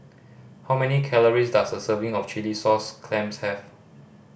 how many calories does a serving of chilli sauce clams have